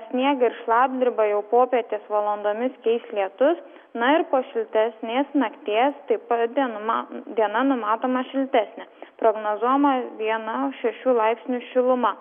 sniegą ir šlapdribą jau popietės valandomis keis lietus na ir po šiltesnės nakties taip vadinama diena numatoma šiltesnė prognozuojama viena šešių laipsnių šiluma